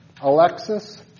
Alexis